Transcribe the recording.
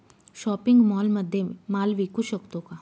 Shopping मॉलमध्ये माल विकू शकतो का?